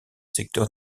secteur